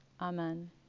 Amen